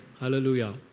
Hallelujah